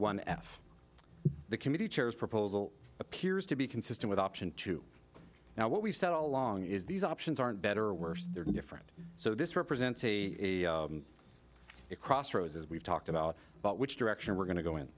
one f the committee chairs proposal appears to be consistent with option two now what we've said all along is these options aren't better or worse they're different so this represents a crossroads as we've talked about but which direction we're going to go in